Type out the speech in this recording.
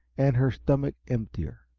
and her stomach emptier.